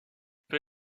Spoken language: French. peut